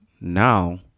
now